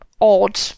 odd